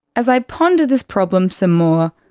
as i ponder this problem some more,